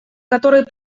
который